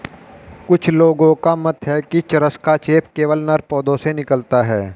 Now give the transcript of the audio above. कुछ लोगों का मत है कि चरस का चेप केवल नर पौधों से निकलता है